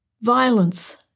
Violence